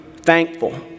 thankful